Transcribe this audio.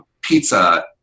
pizza